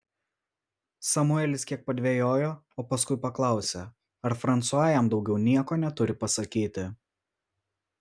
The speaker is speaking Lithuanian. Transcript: samuelis kiek padvejojo o paskui paklausė ar fransua jam daugiau nieko neturi pasakyti